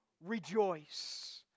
rejoice